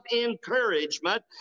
encouragement